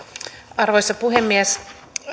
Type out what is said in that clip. arvoisa puhemies